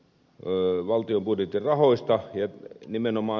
möi valtion budjetin rahoista